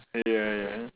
ya ya